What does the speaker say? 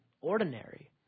ordinary